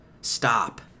stop